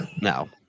No